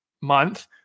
month